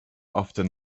often